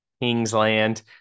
Kingsland